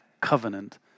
covenant